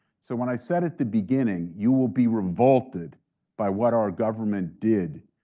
so when i said at the beginning, you will be revolted by what our government did,